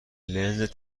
لنز